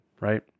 right